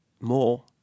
more